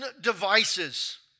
devices